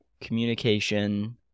communication